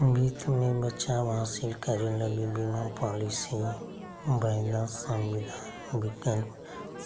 वित्त मे बचाव हासिल करे लगी बीमा पालिसी, वायदा संविदा, विकल्प